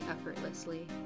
effortlessly